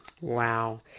wow